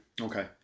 Okay